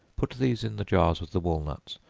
put these in the jars with the walnuts,